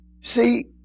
See